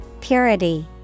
Purity